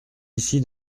ici